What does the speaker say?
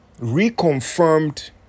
reconfirmed